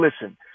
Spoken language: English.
listen